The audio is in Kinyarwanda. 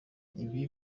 ibi